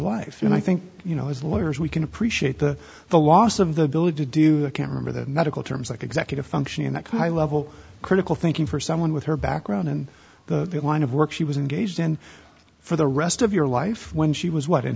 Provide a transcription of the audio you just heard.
life and i think you know as lawyers we can appreciate the the loss of the ability to do a camera that medical terms like executive functioning that high level critical thinking for someone with her background in the line of work she was engaged in for the rest of your life when she was what in